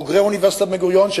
בוגרי אוניברסיטת בן-גוריון,